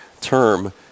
term